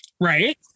right